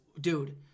Dude